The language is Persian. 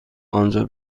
آنجا